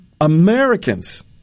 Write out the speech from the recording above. Americans